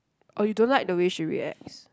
oh you don't like the way she reacts